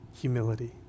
humility